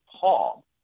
Paul